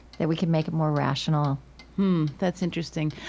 that we could make it more rational that's interesting.